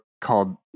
called